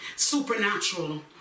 supernatural